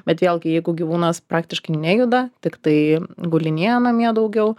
bet vėlgi jeigu gyvūnas praktiškai nejuda tiktai gulinėja namie daugiau